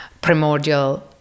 primordial